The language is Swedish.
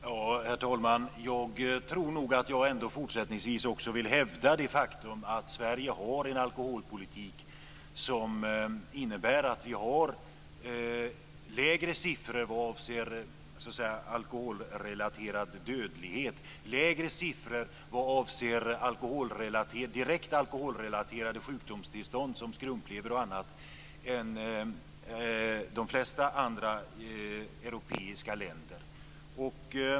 Herr talman! Jag tror nog att jag även fortsättningsvis vill hävda det faktum att Sverige har en alkoholpolitik som gör att vi har lägre siffror vad avser alkoholrelaterad dödlighet och lägre siffror vad avser direkt alkoholrelaterade sjukdomstillstånd som skrumplever och annat än de flesta andra europeiska länder.